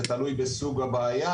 זה תלוי בסוג הבעיה.